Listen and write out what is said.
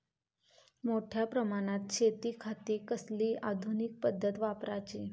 मोठ्या प्रमानात शेतिखाती कसली आधूनिक पद्धत वापराची?